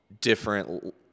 different